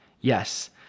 Yes